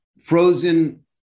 Frozen